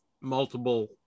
multiple